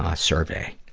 ah survey.